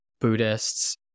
Buddhists